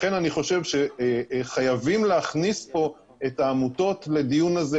לכן אני חושב שחייבים להכניס פה את העמותות לדיון הזה.